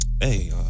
Hey